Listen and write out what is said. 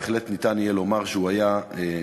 בהחלט ניתן יהיה לומר שהוא היה מנהיג.